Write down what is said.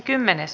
asia